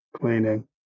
Cleaning